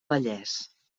vallès